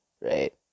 Right